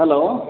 hello